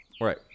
right